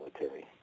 military